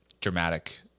dramatic